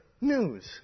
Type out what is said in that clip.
news